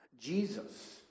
Jesus